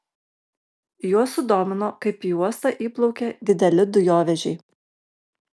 juos sudomino kaip į uostą įplaukia dideli dujovežiai